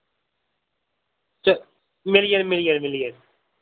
च मिली जानी मिली जानी मिली जानी